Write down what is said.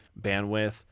bandwidth